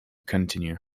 continue